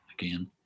Again